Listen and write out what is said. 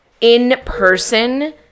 in-person